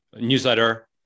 newsletter